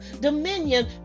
dominion